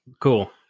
Cool